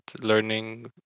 learning